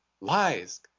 Lies